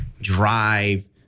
drive